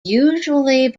usually